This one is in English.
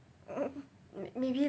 m~ maybe